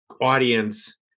audience